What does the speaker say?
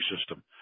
system